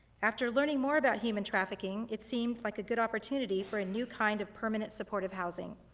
after learning more about human trafficking, it seemed like a good opportunity for a new kind of permanent supportive housing.